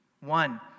one